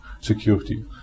security